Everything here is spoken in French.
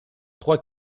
trois